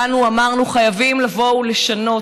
באנו ואמרנו: חייבים לבוא ולשנות.